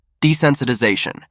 Desensitization